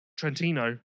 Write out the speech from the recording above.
Trentino